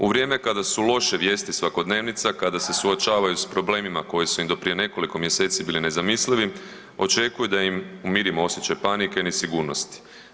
U vrijeme kada su loše vijesti svakodnevnica, kada se suočavaju s problemima koji su im do prije nekoliko mjeseci bili nezamislivi očekuju da im umirimo osjećaj panike i nesigurnosti.